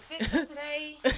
today